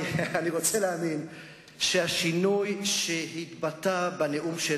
אני רוצה להאמין שהשינוי שהתבטא בנאום של